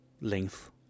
length